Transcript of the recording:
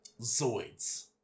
Zoids